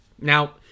Now